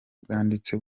bwanditse